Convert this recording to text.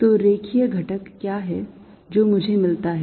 तो रेखीय घटक क्या है जो मुझे मिलता है